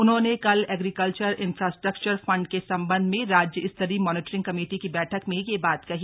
उन्होंने कल agriculture infrastructure fund के सम्बन्ध में राज्य स्तरीय मॉनिटरिंग कमेटी की बैठक में यह बात कही